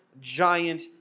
giant